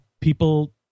people